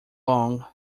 long